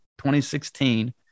2016